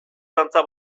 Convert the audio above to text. dantza